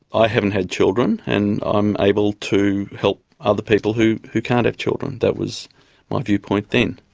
i haven't had children and i'm able to help other people who who can't have children. that was my viewpoint then.